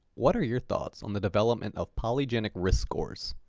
what are your thoughts on the development of polygenic risk scores?